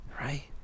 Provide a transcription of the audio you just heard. Right